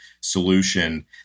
solution